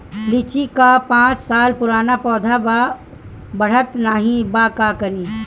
लीची क पांच साल पुराना पौधा बा बढ़त नाहीं बा काहे?